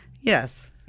Yes